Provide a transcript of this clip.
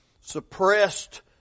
suppressed